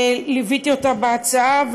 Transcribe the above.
ליוויתי אותה בהצעה,